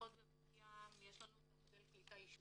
בבת ים יש לנו מודל קליטה יישובי.